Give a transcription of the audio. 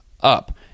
up